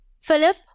Philip